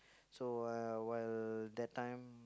so uh while that time